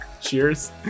Cheers